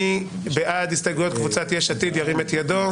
מי בעד הסתייגויות קבוצת יש עתיד, ירים את ידו?